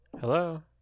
Hello